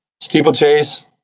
steeplechase